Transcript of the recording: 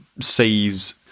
sees